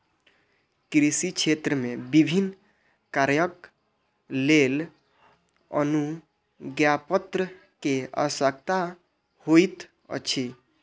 कृषि क्षेत्र मे विभिन्न कार्यक लेल अनुज्ञापत्र के आवश्यकता होइत अछि